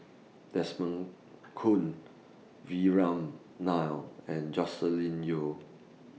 Desmond Kon Vikram Nair and Joscelin Yeo